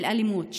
של אלימות,